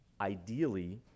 ideally